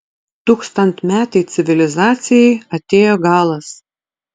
tūkstantmetei civilizacijai atėjo galas